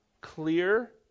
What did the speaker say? clear